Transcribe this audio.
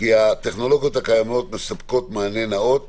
כי הטכנולוגיות הקיימות מספקות מענה נאות